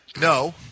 No